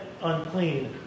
unclean